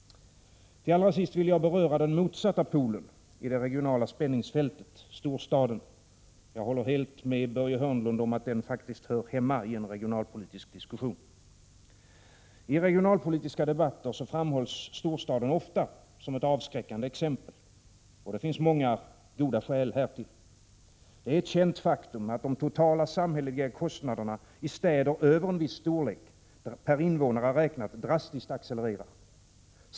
Till allra sist vill jag beröra den motsatta polen i det regionala spänningsfältet storstaden. Jag håller helt med Börje Hörnlund om att den faktiskt hör hemma i en regionalpolitisk diskussion. I regionalpolitiska debatter framhålls storstaden ofta som ett avskräckande exempel. Det finns många goda skäl härtill. Det är ett känt faktum att de totala samhälleliga kostnaderna i städer över en viss storlek per invånare räknat drastiskt accelererar.